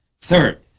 Third